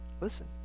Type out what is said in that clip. Listen